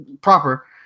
proper